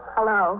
Hello